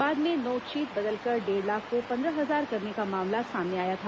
बाद में नोटशीट बदलकर डेढ़ लाख को पंद्रह हजार करने का मामला सामने आया था